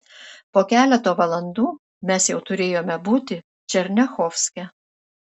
po keleto valandų mes jau turėjome būti černiachovske